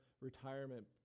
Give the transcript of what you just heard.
retirement